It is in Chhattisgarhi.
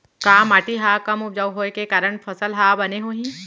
का माटी हा कम उपजाऊ होये के कारण फसल हा बने होही?